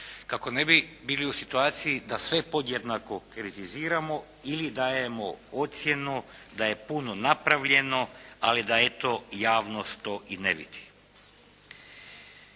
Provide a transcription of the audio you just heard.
kako ne bi bili u situaciji da sve podjednako kritiziramo ili dajemo ocjenu da je puno napravljeno ali da eto javnost to i ne vidi.